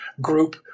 group